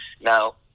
Now